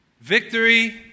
Victory